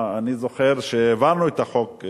אני זוכר שכשהעברנו את החוק,